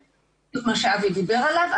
בדיוק מה שאבי דיבר עליו.